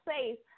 safe